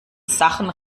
sachen